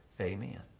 amen